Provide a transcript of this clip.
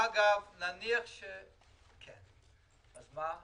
אגב, נניח שכן, אז מה?